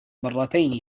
مرتين